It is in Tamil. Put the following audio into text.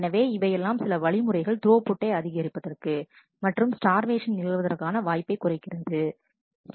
எனவே இவையெல்லாம் சில வழிமுறைகள் த்ரோபுட்டை அதிகரிப்பதற்கு மற்றும் ஸ்டார்வேஷன் நிகழ்வதற்கான வாய்ப்பை குறைப்பதற்கு